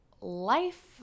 life